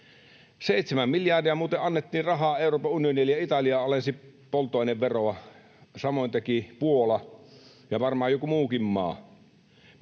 miljardia muuten annettiin rahaa Euroopan unionille, ja Italia alensi polttoaineveroa, samoin teki Puola ja varmaan joku muukin maa.